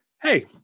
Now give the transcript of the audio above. hey